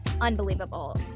unbelievable